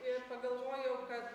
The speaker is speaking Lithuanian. ir pagalvojau kad